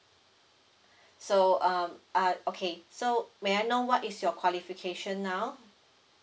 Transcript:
so um uh okay so may I know what is your qualification now